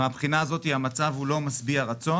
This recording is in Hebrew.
מהבחינה הזאת המצב הוא לא משביע רצון.